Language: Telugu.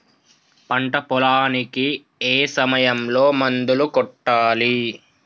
పంట పొలానికి ఏ సమయంలో మందులు కొట్టాలి?